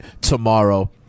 tomorrow